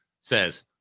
says